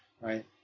right